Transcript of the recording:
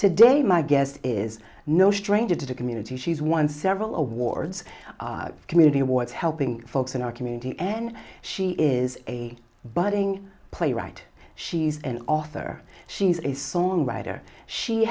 today my guest is no stranger to the community she's won several awards community awards helping folks in our community and she is a budding playwright she's an author she's a songwriter she